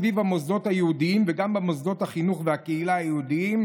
סביב המוסדות היהודיים ומוסדות החינוך והקהילה היהודיים,